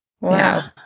Wow